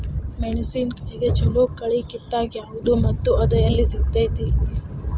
ಮೆಣಸಿನಕಾಯಿಗ ಛಲೋ ಕಳಿ ಕಿತ್ತಾಕ್ ಯಾವ್ದು ಮತ್ತ ಅದ ಎಲ್ಲಿ ಸಿಗ್ತೆತಿ?